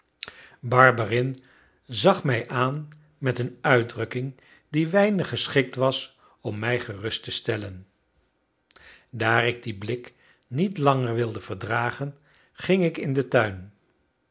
barberin zag mij aan met een uitdrukking die weinig geschikt was om mij gerust te stellen daar ik dien blik niet langer wilde verdragen ging ik in den tuin